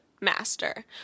master